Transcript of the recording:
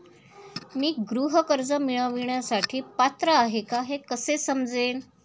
मी गृह कर्ज मिळवण्यासाठी पात्र आहे का हे कसे समजेल?